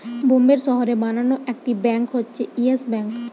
বোম্বের শহরে বানানো একটি ব্যাঙ্ক হচ্ছে ইয়েস ব্যাঙ্ক